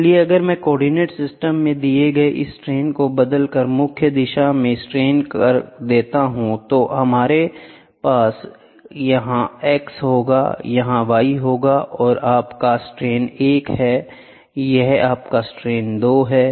इसलिए अगर मैं कोऑर्डिनेट सिस्टम में दिए गए इस स्ट्रेन को बदलकर मुख्य दिशा में स्ट्रेन कर देता हूं तो हमारे पास यह x होगा यह y है यह आपका स्ट्रेन 1 है यह आपका स्ट्रेन 2 है